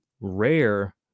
rare